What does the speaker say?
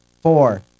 four